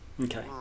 okay